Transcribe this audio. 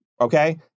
Okay